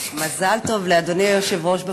מזל טוב לאדוני היושב-ראש בפועל.